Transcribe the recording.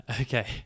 Okay